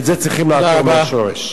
את זה צריכים לעקור מן השורש.